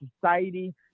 society